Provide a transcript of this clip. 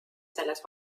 selles